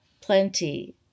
plenty